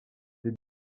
des